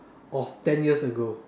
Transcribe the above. of ten years ago